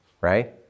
right